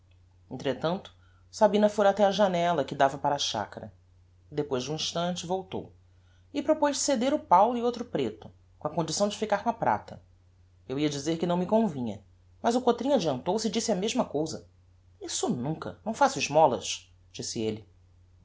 entretanto sabina fôra até á janella que dava para a chacara e depois de um instante voltou e propoz ceder o paulo e outro preto com a condição de ficar com a prata eu ia dizer que não me convinha mas o cotrim adiantou-se e disse a mesma cousa isso nunca não faço esmolas disse elle